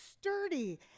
sturdy